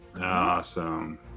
Awesome